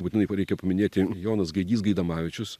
būtinai va reikia paminėti jonas gaidys gaidamavičius